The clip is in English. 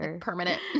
permanent